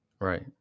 right